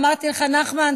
ואמרתי לך: נחמן,